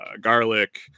garlic